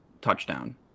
touchdown